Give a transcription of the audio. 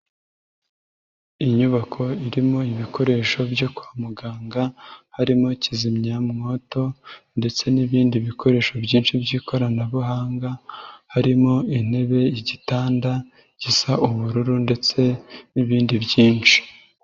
Inyubako irimo ibikoresho byo kwa muganga, harimo kizimyamwoto ndetse n'ibindi bikoresho byinshi by'ikoranabuhanga, harimo intebe, igitanda gisa ubururu ndetse n'ibindi byinshi.